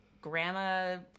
Grandma